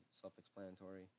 self-explanatory